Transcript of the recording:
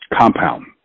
compound